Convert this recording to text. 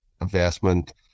investment